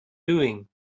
doing